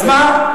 אז מה?